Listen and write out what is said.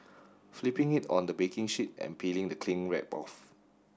flipping it on the baking sheet and peeling the cling wrap off